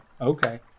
Okay